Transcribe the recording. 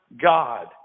God